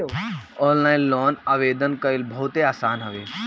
online loan आवेदन कईल बहुते आसान हवे